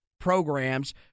programs